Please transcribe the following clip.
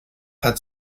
hat